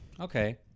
Okay